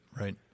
Right